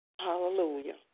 Hallelujah